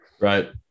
Right